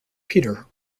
peter